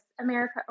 America